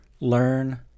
learn